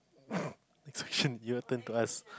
next question your turn to ask